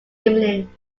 evening